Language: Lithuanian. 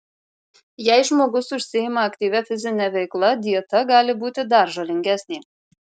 jei žmogus užsiima aktyvia fizine veikla dieta gali būti dar žalingesnė